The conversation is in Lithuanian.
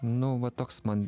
nu va toks man